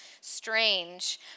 strange